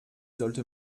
sollte